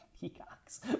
Peacocks